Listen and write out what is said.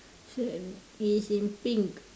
so it is in pink